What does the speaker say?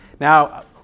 Now